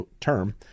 term